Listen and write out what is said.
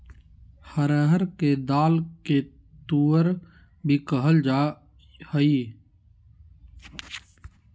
अरहर के दाल के तुअर भी कहल जाय हइ